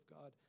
God